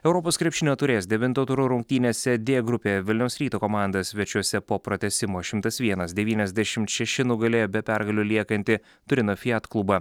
europos krepšinio taurės devinto turo rungtynėse dė grupėje vilniaus ryto komanda svečiuose po pratęsimo šimtas vienas devyniasdešimt šeši nugalėjo be pergalių liekantį turino fiat klubą